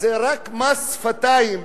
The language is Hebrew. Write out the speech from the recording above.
זה רק מס שפתיים,